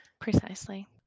Precisely